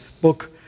book